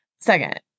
Second